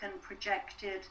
projected